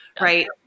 right